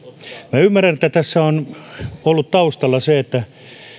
minä ymmärrän että tässä on ollut taustalla se että